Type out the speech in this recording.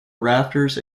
rafters